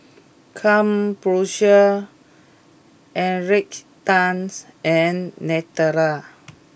Krombacher Encik Tan and Nutella